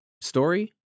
story